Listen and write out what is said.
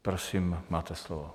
Prosím, máte slovo.